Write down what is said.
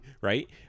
right